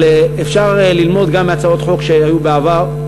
אבל אפשר ללמוד גם מהצעות חוק שהיו בעבר.